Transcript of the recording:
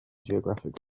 geographic